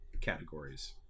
categories